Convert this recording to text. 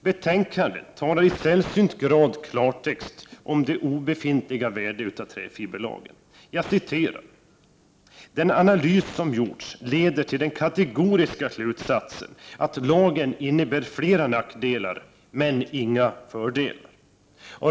Betänkandet talar i sällsynt grad klartext om det obefintliga värdet av träfiberlagen: ”-—-— den analys som gjorts leder till den kategoriska slutsatsen att lagen innebär flera nackdelar men inga fördelar.